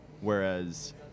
Whereas